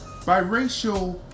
Biracial